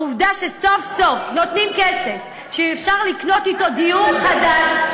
העובדה שסוף-סוף נותנים כסף שאפשר לקנות אתו דיור חדש,